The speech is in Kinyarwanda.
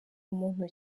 muntu